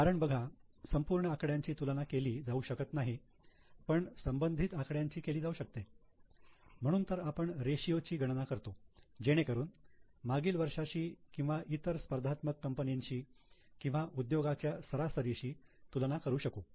कारण बघा संपूर्ण आकड्यांची तुलना केली जाऊ शकत नाही पण संबंधित आकड्यांची केली जाऊ शकते म्हणून तर आपण रेषीयो ची गणना करतो जेणेकरून मागील वर्षांशी किंवा इतर स्पर्धात्मक कंपन्यांशी किंवा उद्योगाच्या सरासरीशी तुलना करू शकू